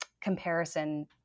comparison